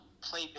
play